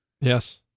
Yes